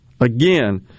again